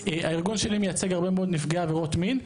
הארגון שלי מייצג הרבה מאוד נפגעי עבירות מין,